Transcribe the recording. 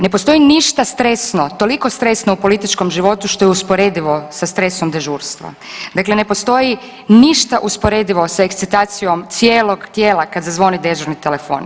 Ne postoji ništa stresno, toliko stresno u političkom životu što je usporedivo sa stresom dežurstva, dakle ne postoji ništa usporedivo s ekstetacijom cijelog tijela kad zazvoni dežurni telefon.